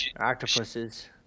octopuses